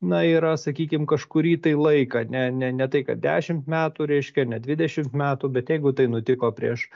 na yra sakykim kažkurį tai laiką ne ne ne tai kad dešimt metų reiškia ne dvidešimt metų bet jeigu tai nutiko prieš